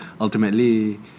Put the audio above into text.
Ultimately